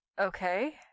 okay